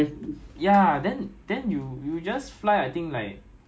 like 我们 armour artillery 也是一定要去 overseas no choice lah